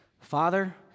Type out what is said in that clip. Father